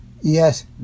Yes